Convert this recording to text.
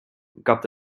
gab